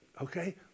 Okay